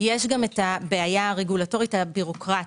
יש הבעיה הרגולטורית הבירוקרטית.